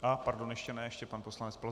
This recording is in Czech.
A pardon, ještě ne, ještě pan poslanec Plzák.